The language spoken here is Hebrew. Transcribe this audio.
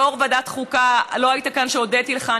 יו"ר ועדת חוקה, לא היית כאן כשהודיתי לך.